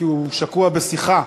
כי הוא שקוע בשיחה.